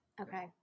Okay